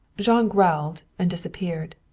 jean growled and disappeared.